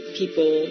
people